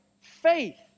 faith